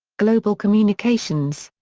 global communications.